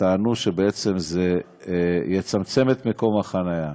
וטענו שבעצם זה יצמצם את מקום החניה.